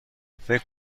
فکر